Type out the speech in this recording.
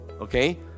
Okay